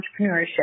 entrepreneurship